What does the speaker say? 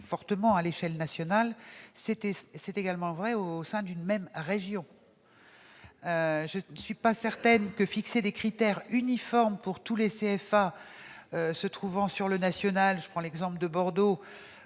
fortement à l'échelle nationale, c'est également vrai au sein d'une même région. Je ne suis pas certaine que fixer des critères uniformes pour des CFA se trouvant, par exemple, à Bordeaux